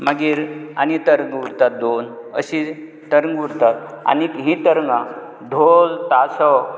मागीर आनी तरगां उरता दोन अशी तरगां उरतात आनीक हीं तरगां ढोल ताशो